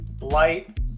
Light